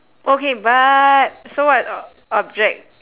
okay but so what o~ object